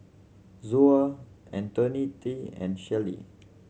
Zoa Antoinette and Shelley